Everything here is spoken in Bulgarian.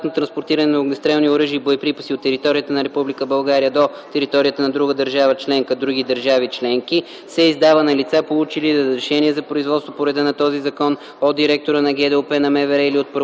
транспортиране на огнестрелни оръжия и боеприпаси от територията на Република България до територията на друга държава членка/други държави членки се издава на лица, получили разрешения за производство по реда на този закон, от директора на ГДОП на МВР или от